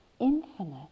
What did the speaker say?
infinite